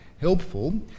helpful